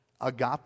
agape